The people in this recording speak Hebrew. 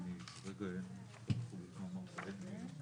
תכנונים מאוד מאוד משמעותי של שטחי התעסוקה.